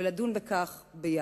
ולדון בכך ביחד.